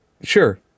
Sure